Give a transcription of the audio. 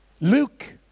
Luke